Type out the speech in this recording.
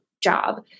job